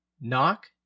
Knock